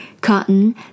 cotton